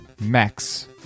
max